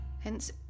hence